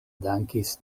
dankis